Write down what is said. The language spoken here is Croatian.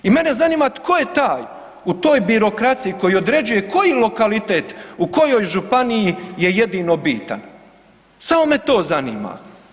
I mene zanima tko je taj u toj birokraciji koji određuje koji lokalitet u kojoj županiji je jedino bitan, samo me to zanima?